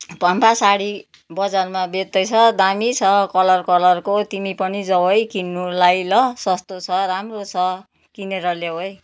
पम्फा सारी बजारमा बेच्दैछ दामी छ कलर कलरको तिमी पनि जाऊ है किन्नुलाई ल सस्तो छ राम्रो छ किनेर ल्याऊ है